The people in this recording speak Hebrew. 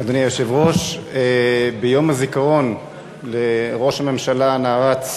אדוני היושב-ראש, ביום הזיכרון לראש הממשלה הנערץ